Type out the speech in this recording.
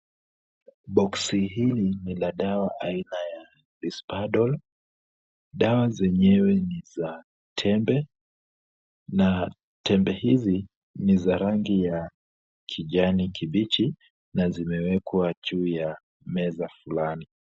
Boxi hili ni la dawa aina ya Risperdal. Dawa zenyewe ni za tembe na tembe hizi ni za rangi ya kijani kibichi na zimewekwa juu ya meza fulani.